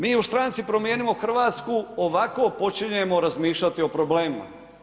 Mi u stranci u Promijenimo Hrvatsku ovako počinjemo razmišljati o problemima.